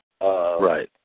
Right